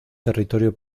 territorio